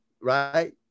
right